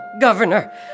governor